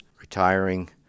retiring